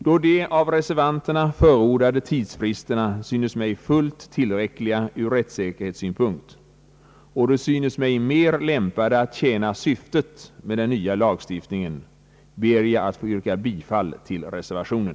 Då de av reservanterna förordade tidsfristerna syns mig fullt tillräckliga ur rättssäkerhetssynpunkt och de syns mig mera lämpade att tjäna syftet med den nya lagstiftningen, ber jag att få yrka bifall till reservationen.